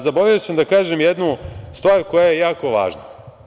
Zaboravio sam da kažem jednu stvar koja je jako važna.